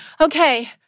Okay